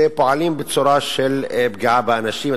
ופועלים בצורה של פגיעה באנשים.